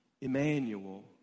Emmanuel